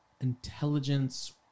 intelligence